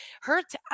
hurts